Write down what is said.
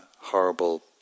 horrible